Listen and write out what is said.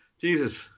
Jesus